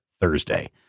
Thursday